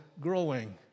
growing